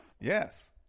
Yes